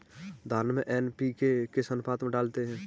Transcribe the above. धान में एन.पी.के किस अनुपात में डालते हैं?